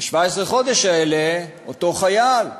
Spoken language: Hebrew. ב-17 החודשים האלה אותו חייל,